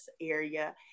area